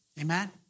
Amen